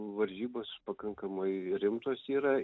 varžybos pakankamai rimtos yra